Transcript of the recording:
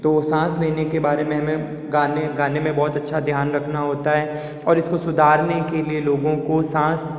तो साँस लेने के बारे में हमें गाने गाने में बहुत अच्छा ध्यान रखना होता है और इसको सुधारने के लिए लोगों को साँस